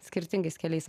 skirtingais keliais